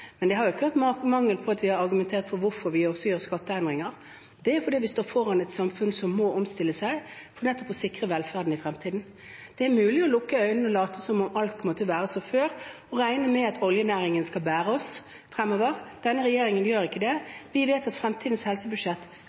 Men det har ikke manglet på argumentasjon for hvorfor vi også gjør skatteendringer, det er jo fordi vi står foran et samfunn som må omstille seg nettopp for å sikre velferden i fremtiden. Det er mulig å lukke øynene, late som at alt kommer til å være som før, og regne med at oljenæringen skal bære oss fremover. Denne regjeringen gjør ikke det. Vi vet at fremtidens helsebudsjett,